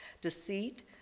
deceit